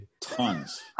tons